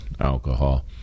alcohol